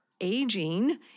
aging